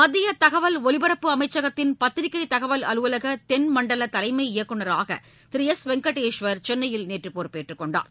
மத்திய தகவல் ஒலிபரப்பு அமைச்சகத்தின் பத்திரிக்கை தகவல் அலுவலக தென்மண்டல தலைமை இயக்குநராக திரு எஸ் வெங்கடேஸ்வர் சென்னையில் நேற்று பொறுப்பேற்றுக் கொண்டார்